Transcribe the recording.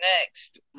next